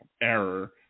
Error